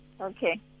okay